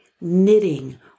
knitting